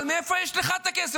אבל מאיפה יש לך כסף?